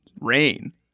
rain